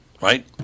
Right